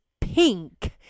pink